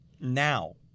Now